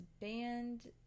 banned